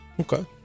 Okay